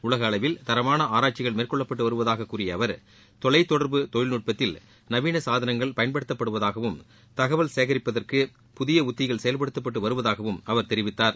உலக அளவில் தரமான ஆராய்ச்சிகள் மேற்கொள்ளப்பட்டு வருவதாகக் கூறிய அவர் தொலைத்தொடர்பு தொழில்நுட்பத்தில் நவீன சாதனங்கள் பயன்படுத்தப்படுவதாகவும் தகவல்களை சேகிப்பதற்கு புதிய உத்திகள் செயல்படுத்தப்பட்டு வருவதாகவும் அவர் தெரிவித்தார்